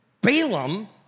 Balaam